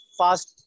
fast